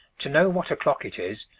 to know what o'clock it is,